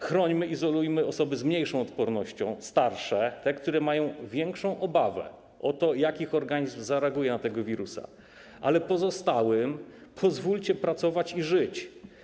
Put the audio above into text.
Chrońmy, izolujmy osoby z mniejszą odpornością, starsze, te, które mają większą obawę o to, jak ich organizm zareaguje na tego wirusa, ale pozostałym pozwólcie pracować i żyć.